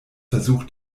versucht